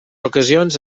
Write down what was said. ocasions